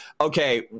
okay